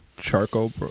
charcoal